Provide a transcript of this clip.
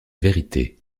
vérité